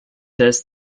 this